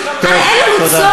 אתה במיוחד,